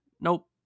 Nope